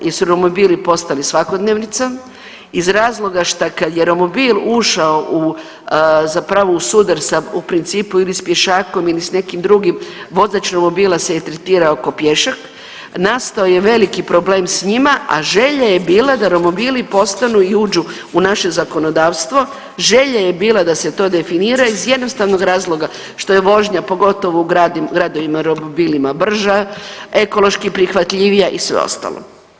Jer su romobili postali svakodnevnica, iz razloga šta kad je romobil ušao u zapravo u sudar sa u principu ili s pješakom ili s nekim drugim, vozač romobila se je tretirao ko pješak, nastao je veliki problem s njima, a želja je bila da romobili postanu i uđu u naše zakonodavstvo, želja je bila da se to definira iz jednostavnog razloga što je vožnja pogotovo u gradovima romobilima bila brža, ekološki prihvatljivija i sve ostalo.